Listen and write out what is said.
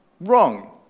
Wrong